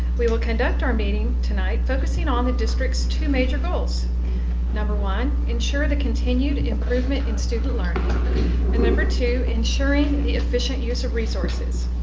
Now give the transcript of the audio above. we will conduct our meeting tonight focusing on the district's two major goals number one ensure the continued improvement in student learning and number two ensuring the efficient use of resources.